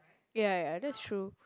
ya ya that's true